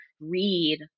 read